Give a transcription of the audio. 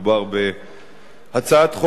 ללא מתנגדים וללא נמנעים,